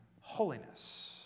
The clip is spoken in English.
holiness